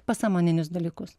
pasąmoninius dalykus